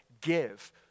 give